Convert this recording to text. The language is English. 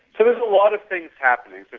so there's a lot of things happening.